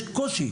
יש קושי.